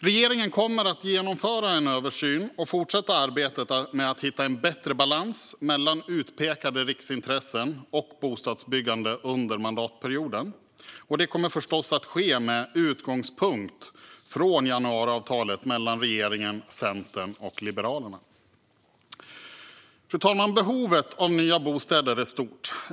Regeringen kommer att genomföra en översyn och fortsätta arbetet med att hitta en bättre balans mellan utpekade riksintressen och bostadsbyggande under mandatperioden. Det kommer förstås att ske med utgångspunkt från januariavtalet mellan regeringen, Centern och Liberalerna. Fru talman! Behovet av nya bostäder är stort.